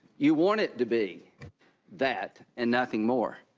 you want it to be that and nothing more.